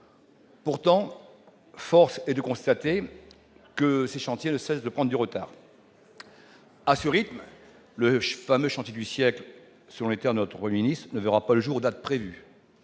Pourtant, force est de constater que ces chantiers ne cessent de prendre du retard. À ce rythme, le fameux « chantier du siècle », selon les mots du Premier ministre, ne verra pas le jour aux dates prévues.